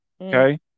okay